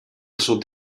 sud